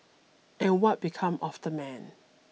and what become of the man